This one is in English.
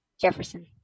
Jefferson